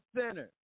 center